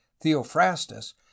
theophrastus